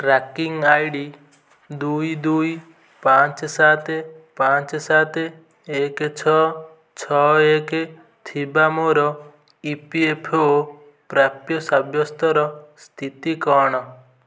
tracking I D ଦୁଇ ଦୁଇ ପାଞ୍ଚ ସାତ ପାଞ୍ଚ ସାତ ଏକ ଛଅ ଛଅ ଏକ ଥିବା ମୋର ଇ ପି ଏଫ୍ ଓ ପ୍ରାପ୍ୟ ସାବ୍ୟସ୍ତର ସ୍ଥିତି କ'ଣ